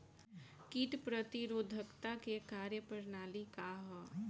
कीट प्रतिरोधकता क कार्य प्रणाली का ह?